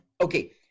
Okay